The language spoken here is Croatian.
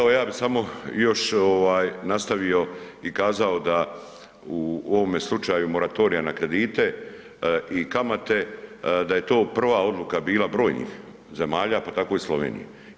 Evo, ja bi samo još ovaj nastavio i kazao da u ovome slučaju moratorija na kredite i kamate da je to prva odluka bila brojnih zemalja, pa tako i Slovenije.